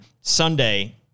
Sunday